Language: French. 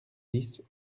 dix